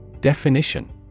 Definition